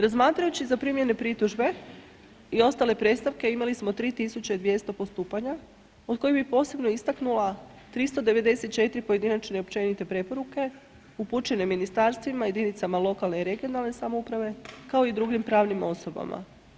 Razmatrajući zaprimljene pritužbe i ostale predstavke imali smo 3.200 postupanja od kojih bih posebno istaknula 394 pojedinačne i općenite preporuke upućene ministarstvima, jedinicama lokalne i regionalne samouprave kao i drugim pravim osobama.